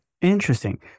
interesting